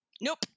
Nope